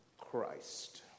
Christ